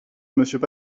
monsieur